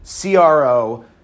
CRO